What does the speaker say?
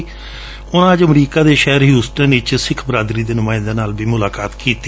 ਉਨੂਾ ਅੱਜ ਅਮਰੀਕਾ ਦੇ ਸ਼ਹਿਰ ਹਿਊਸਟਨ ਵਿੱਚ ਸਿੱਖ ਬਰਾਦਰੀ ਦੇ ਨੁਮਾਇੰਦਿਆਂ ਨਾਲ ਵੀ ਮੁਲਾਕਾਤ ਕੀਤੀ